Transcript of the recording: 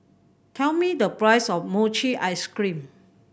tell me the price of mochi ice cream